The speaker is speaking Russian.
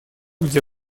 где